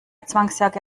zwangsjacke